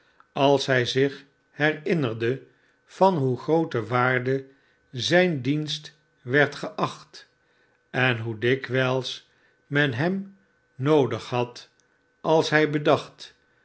als hij zich herinnerde van hoe groote waarde zijn dienst werd geacht en hoe dikwijls men hem noodig had als hij bedacht